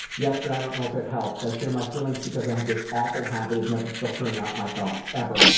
yes, but i don't know if it helps. i share my feelings because i have this awful habit of never filtering out my thoughts, ever,